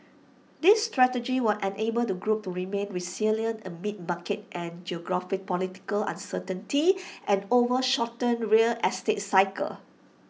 this strategy will enable the group to remain resilient amid market and geopolitical uncertainty and over shortened real estate cycles